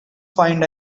find